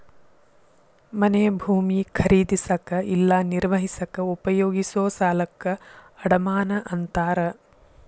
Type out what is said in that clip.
ಮನೆ ಭೂಮಿ ಖರೇದಿಸಕ ಇಲ್ಲಾ ನಿರ್ವಹಿಸಕ ಉಪಯೋಗಿಸೊ ಸಾಲಕ್ಕ ಅಡಮಾನ ಅಂತಾರ